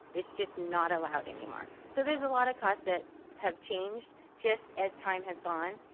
it's just not allowed anymore. so there's a lotta costs that have changed, just as time has gone,